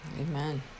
Amen